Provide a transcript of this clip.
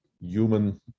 human